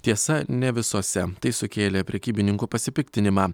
tiesa ne visose tai sukėlė prekybininkų pasipiktinimą